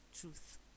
truth